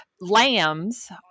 Lambs